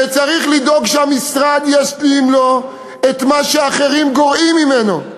וצריך לדאוג שהמשרד ישלים לו את מה שאחרים גורעים ממנו,